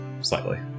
Slightly